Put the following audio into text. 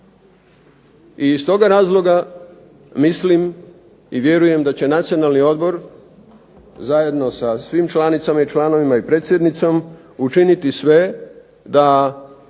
I iz toga razloga mislim i vjerujem da će Nacionalni odbor zajedno sa svim članicama i članovima i predsjednicom učiniti sve da